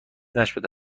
نشده